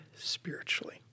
spiritually